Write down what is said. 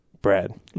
Brad